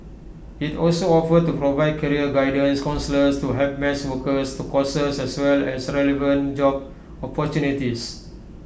IT also offered to provide career guidance counsellors to help match workers to courses as well as relevant job opportunities